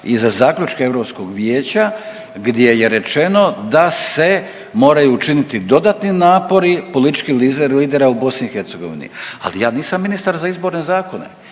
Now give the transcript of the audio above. i za zaključke Europskog vijeća gdje je rečeno da se moraju učiniti dodatni napori političkih lidera u BiH. Ali ja nisam ministar za izborne zakone,